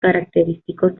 característicos